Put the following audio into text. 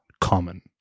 common